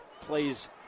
plays